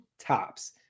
tops